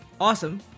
awesome